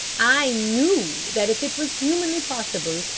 i knew that if it was humanly possible,